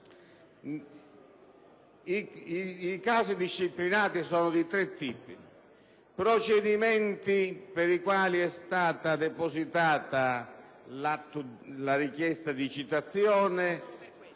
I casi disciplinati sono di tre tipi, fra cui il procedimento per il quale è stata depositata la richiesta di citazione